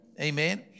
Amen